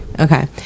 Okay